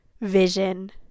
vision